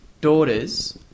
daughters